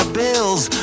bills